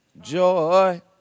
Joy